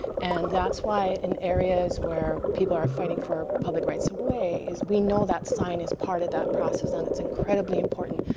and that's why an areas where people are fighting for public rights of way, is we know that sign is part of that process. it's incredibly important.